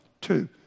two